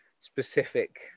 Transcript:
specific